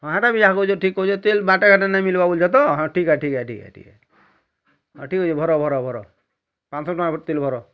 ହଁ ହେଟା ବି ଯାହା କହୁଛ ଠିକ୍ କହୁଛ ତେଲ୍ ବାଟେ ଘାଟେ ନେଇ ମିଲ୍ବ ବୁଝିଲ ତ ହଁ ଠିକ୍ ହେ ଠିକ୍ ହେ ଠିକ୍ ହେ ଠିକ୍ ହେ ଠିକ୍ ଅଛି ଭର ଭର ଭର ପାଞ୍ଚଶହ ଟଙ୍କା ତେଲ୍ ଭର